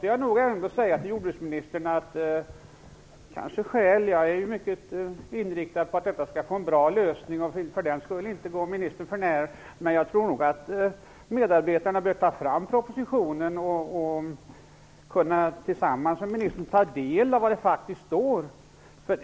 Jag är mycket inriktad på att detta skall få en bra lösning och vill för den skull inte gå ministern för när, men jag tror nog att medarbetarna bör ta fram propositionen och tillsammans med ministern ta del av vad det faktiskt står.